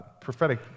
prophetic